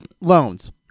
loans